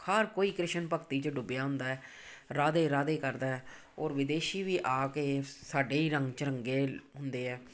ਹਰ ਕੋਈ ਕ੍ਰਿਸ਼ਨ ਭਗਤੀ 'ਚ ਡੁੱਬਿਆ ਹੁੰਦਾ ਰਾਧੇ ਰਾਧੇ ਕਰਦਾ ਔਰ ਵਿਦੇਸ਼ੀ ਵੀ ਆ ਕੇ ਸਾਡੇ ਹੀ ਰੰਗ 'ਚ ਰੰਗੇ ਹੁੰਦੇ ਆ